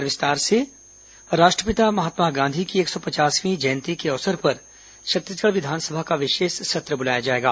विधानसभा विशेष सत्र राष्ट्रपिता महात्मा गांधी की एक सौ पचासवीं जयंती के अवसर पर छत्तीसगढ़ विधानसभा का विशेष सत्र बुलाया जाएगा